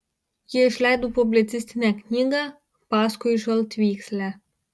ji išleido publicistinę knygą paskui žaltvykslę